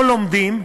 או לומדים,